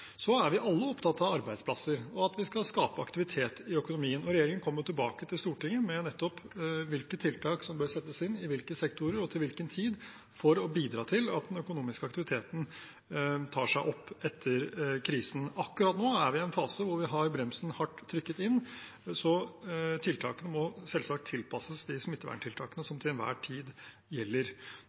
Så er vi alle opptatt av arbeidsplasser og at vi skal skape aktivitet i økonomien. Regjeringen kommer tilbake til Stortinget med hvilke tiltak som bør settes inn i hvilke sektorer og til hvilken tid for å bidra til at den økonomiske aktiviteten tar seg opp etter krisen. Akkurat nå er vi i en fase der vi har bremsen hardt trykket inn. Tiltakene må selvsagt tilpasses de smitteverntiltakene som til enhver tid gjelder.